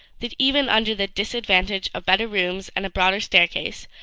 that even under the disadvantage of better rooms and a broader staircase,